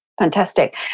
Fantastic